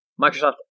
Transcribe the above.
Microsoft